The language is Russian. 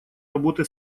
работы